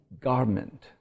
garment